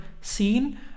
seen